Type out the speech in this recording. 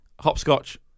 Hopscotch